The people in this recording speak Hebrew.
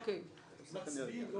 נתקבלה.